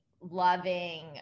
loving